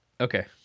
Okay